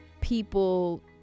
people